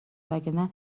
وگرنه